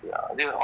ya